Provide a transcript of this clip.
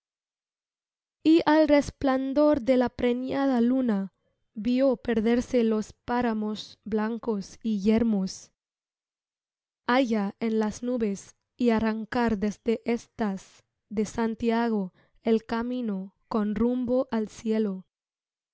y al resplandor de la preñada luna vió perderse los páramos blancos y yermos allá en las nubes y arrancar desde éstas de santiago el camino con rumbo al cielo